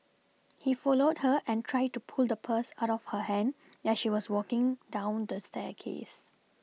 he followed her and tried to pull the purse out of her hand as she was walking down the staircase